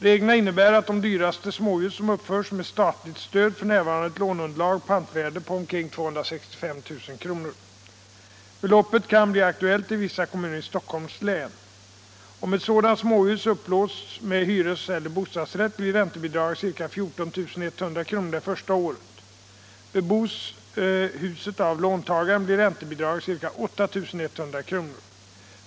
Reglerna innebär att de dyraste småhus som uppförs med statligt stöd f. n. har ett låneunderlag och pantvärde på omkring 265 000 kr. Beloppet kan bli aktuellt i vissa kommuner i Stockholms län. Om ett sådant småhus upplåts med hyreseller bostadsrätt blir räntebidraget ca 14 100 kr. det första året. Bebos huset av låntagaren blir räntebidraget ca 8 100 kr.